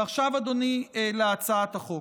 ועכשיו, אדוני, להצעת החוק.